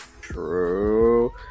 True